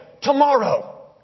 tomorrow